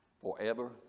Forever